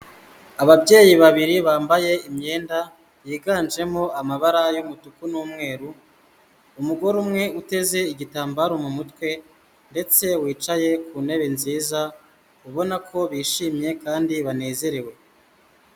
Ababyeyi babiri bambaye imyenda, yiganjemo amabara y'umutuku n'umweru, umugore umwe uteze igitambaro mu mutwe ndetse wicaye ku ntebe nziza, ubona ko bishimye kandi banezerewe.